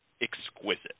exquisite